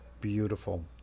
Beautiful